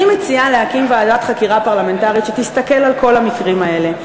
אני מציעה להקים ועדת חקירה פרלמנטרית שתסתכל על כל המקרים האלה,